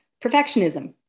perfectionism